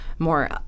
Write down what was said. more